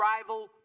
rival